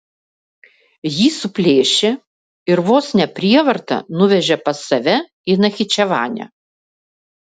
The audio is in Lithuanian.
jį suplėšė ir vos ne prievarta nuvežė pas save į nachičevanę